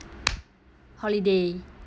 holiday